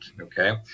okay